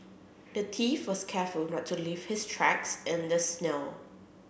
the thief was careful to not leave his tracks in the snow